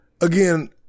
again